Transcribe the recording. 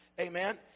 Amen